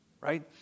right